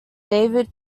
david